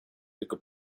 tylko